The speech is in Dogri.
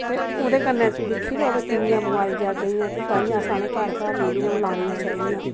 ते ओह्दे कन्नै दिक्खी लैओ भाई किन्नी बमारियां जागा दियां ते ताइयें अस आखने ने भाई घर घर लानियां चाहिदियां